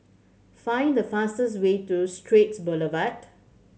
find the fastest way to Straits Boulevard